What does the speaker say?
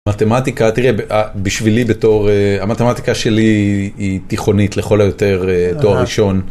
מתמטיקה, תראה בשבילי בתור, המתמטיקה שלי היא תיכונית לכל היותר תואר ראשון.